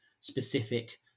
specific